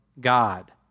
God